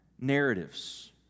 narratives